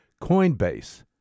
Coinbase